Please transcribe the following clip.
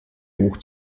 hoch